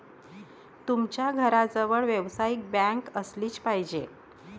तुमच्या घराजवळ व्यावसायिक बँक असलीच पाहिजे